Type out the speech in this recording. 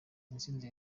intsinzi